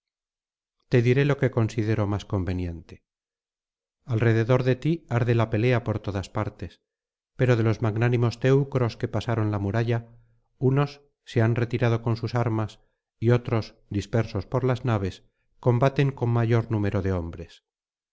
te diré lo que considero más conveniente alrededor de ti arde la pelea por todas partes pero de los magnánimos teucros que pasaron la muralla unos se han retirado con sus armas y otros dispersos por las naves combaten con mayor número de hombres